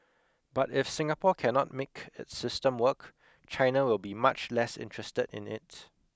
but if Singapore cannot make its system work China will be much less interested in it